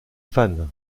fans